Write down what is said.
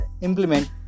implement